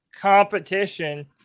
competition